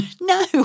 no